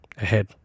ahead